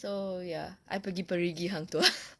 so ya I pergi perigi hang tuah